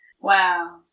wow